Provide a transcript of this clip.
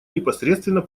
непосредственно